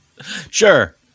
Sure